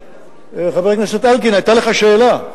חבר הכנסת אלקין, היתה לך שאלה.